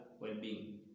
well-being